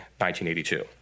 1982